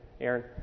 Aaron